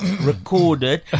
Recorded